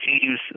teams